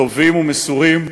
טובים ומסורים,